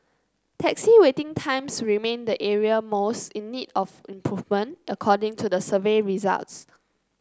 taxi waiting times remained the area most in need of improvement according to the survey results